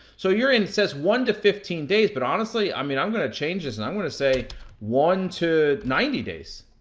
so, your end says one to fifteen days, but, honestly, i mean i'm gonna change this and i'm gonna say one to ninety days.